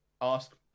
ask